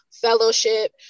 fellowship